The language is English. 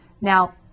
Now